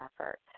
effort